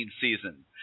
season